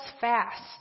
fast